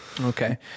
Okay